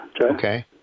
Okay